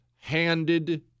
handed